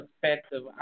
perspective